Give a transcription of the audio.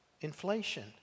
inflation